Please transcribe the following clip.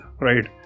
right